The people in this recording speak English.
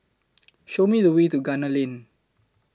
Show Me The Way to Gunner Lane